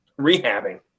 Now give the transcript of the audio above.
Rehabbing